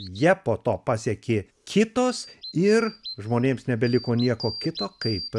ją po to pasekė kitos ir žmonėms nebeliko nieko kito kaip